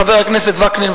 חבר הכנסת וקנין,